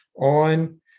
on